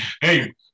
hey